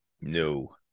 No